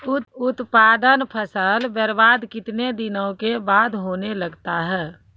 उत्पादन फसल बबार्द कितने दिनों के बाद होने लगता हैं?